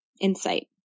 insight